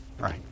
right